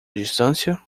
distância